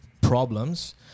problems